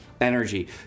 energy